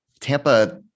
Tampa